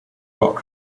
rock